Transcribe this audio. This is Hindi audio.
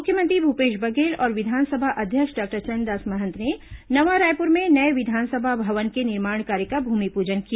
मुख्यमंत्री भूपेश बघेल और विधानसभा अध्यक्ष डॉक्टर चरणदास महंत ने नवा रायपुर में नये विधानसभा भवन के निर्माण कार्य का भूमिपूजन किया